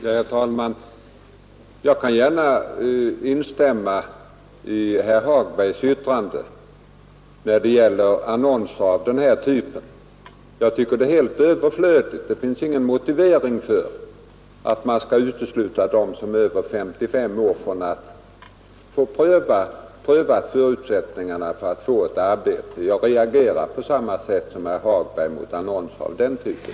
Herr talman! Jag instämmer gärna i herr Hagbergs yttrande när det gäller annonser av denna typ. Det finns ingen motivering för att man skall utesluta personer som är över 55 år från att få sina förutsättningar för ett arbete prövade. Jag reagerar på samma sätt som herr Hagberg mot annonser av den typen.